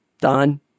Done